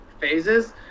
phases